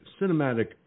cinematic